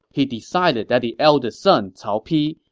he decided that the eldest son, cao pi,